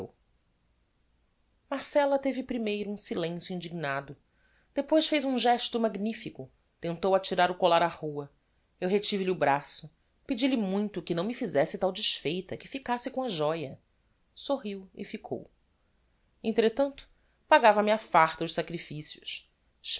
marcella teve primeiro um silencio indignado depois fez um gesto magnifico tentou atirar o collar á rua eu retive lhe o braço pedi-lhe muito que não me fizesse tal desfeita que ficasse com a joia sorriu e ficou entretanto pagava me á farta os sacrifícios